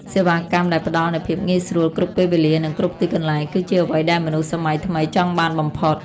សេវាកម្មដែលផ្ដល់នូវភាពងាយស្រួលគ្រប់ពេលវេលា និងគ្រប់ទីកន្លែង គឺជាអ្វីដែលមនុស្សសម័យថ្មីចង់បានបំផុត។